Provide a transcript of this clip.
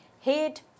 hate